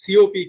COP